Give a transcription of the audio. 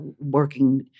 working